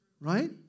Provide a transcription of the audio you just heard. Right